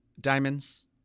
Diamonds